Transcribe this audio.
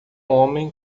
homem